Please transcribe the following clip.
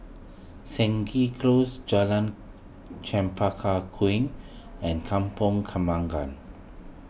Stangee Close Jalan Chempaka Kuning and Kampong Kembangan